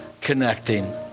connecting